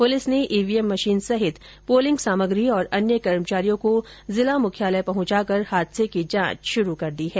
police ने EVM machine सहित polling सामग्री और अन्य कर्मचारियों को जिला मुख्यालय पंहुचाकर हादसे की जांच शुरू कर दी है